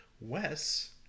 Wes